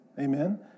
Amen